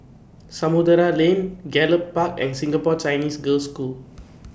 Samudera Lane Gallop Park and Singapore Chinese Girls' School